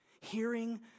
hearing